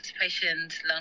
patients